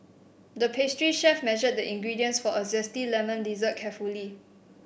the pastry chef measured the ingredients for a zesty lemon dessert carefully